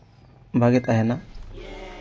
ᱵᱷᱟᱜᱮ ᱛᱟᱦᱮᱸᱱᱟ